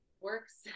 works